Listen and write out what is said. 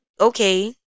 okay